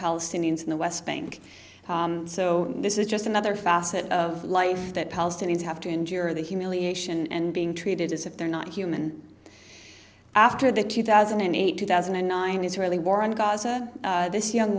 palestinians in the west bank so this is just another facet of life that palestinians have to endure the humiliation and being treated as if they're not human after the two thousand and eight two thousand and nine israeli war in gaza this young